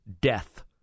death